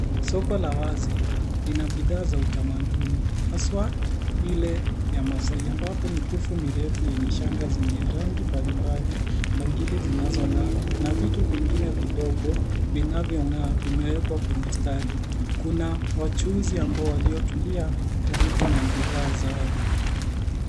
Soko la wazi lina bidhaa za utamaduni hasa ile ya Maasai ambapo mikufu mirefu yenye shanga zenye rangi mbalimbali, bangili zinazong'aa na vitu vingine vidogo vinavyong'aa vimewekwa kwenye stendi. Kuna wachuuzi ambao waliotulia, karibu na bidhaa zao.